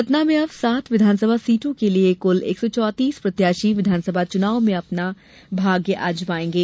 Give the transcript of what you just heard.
सतना में अब सात विधानसभा सीटों के लिए कुल एक सौ चौतीस प्रत्याशी विधानसभा चुनाव में अपना भाग्य आजमायेंगे